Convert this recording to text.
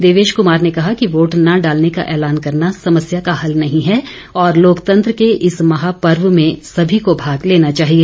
देवेश कुमार ने कहा कि वोट न डालने का ऐलान करना समस्या का हल नहीं है और लोकतंत्र के इस महापर्व में सभी को भाग लेना चाहिए